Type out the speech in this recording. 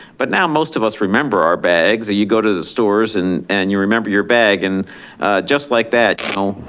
but now most of us remember our bags. you go to the stores and and you remember your bag. and just like that, you know,